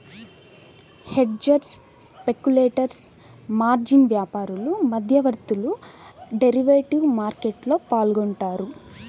hedgers, speculators, margin వ్యాపారులు, మధ్యవర్తులు derivative మార్కెట్లో పాల్గొంటారు